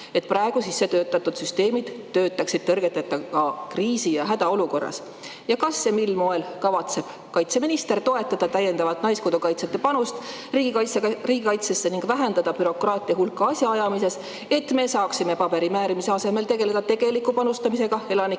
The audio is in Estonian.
et praegu sissetöötatud süsteemid töötaksid tõrgeteta ka kriisi- ja hädaolukorras. Kas ja mil moel kavatseb kaitseminister täiendavalt toetada naiskodukaitsjate panust riigikaitsesse ning vähendada bürokraatia hulka asjaajamises, et me saaksime paberimäärimise asemel tegeleda tegeliku panustamisega